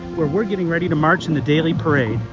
where we're getting ready to march in the daily parade.